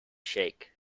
shake